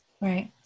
Right